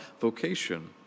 vocation